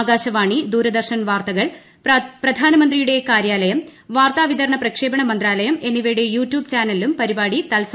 ആകാശവാണി ദൂരദർശൻ വാർത്തകൾ പ്രധാനമന്ത്രിയുടെ കാര്യാലയം വാർത്താ വിതരണ പ്രക്ഷേപണ മന്ത്രാലയം എന്നിവയുടെ യൂട്യൂബ് ചാനലിലും പരിപാടി തത്സമയം ലഭ്യമാണ്